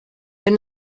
wenn